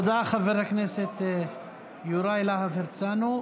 תודה, חבר הכנסת יוראי להב הרצנו.